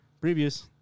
Previous